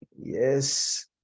yes